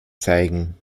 zeigen